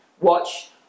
watch